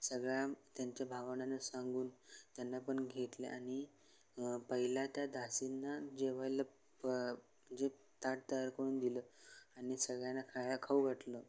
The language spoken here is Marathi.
सगळ्या त्यांच्या भावनाने सांगून त्यांना पण घेतले आणि पहिल्या त्या दासींना जेवायला पण जे ताट तयार करून दिलं आणि सगळ्यांना खायला खाऊ घातलं